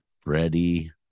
Freddie